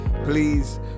Please